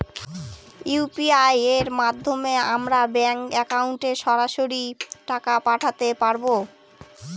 UPI এর মাধ্যমে আমরা ব্যাঙ্ক একাউন্টে সরাসরি টাকা পাঠাতে পারবো?